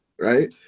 Right